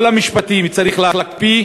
כל המשפטים, צריך להקפיא